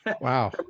wow